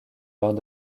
lors